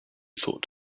thought